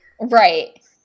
Right